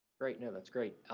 right. no, that's great.